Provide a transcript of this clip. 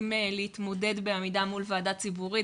להתמודד בעמידה מול ועדה ציבורית,